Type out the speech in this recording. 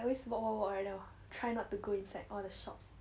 I always walk walk like that lor try not to go inside all the shops